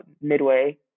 midway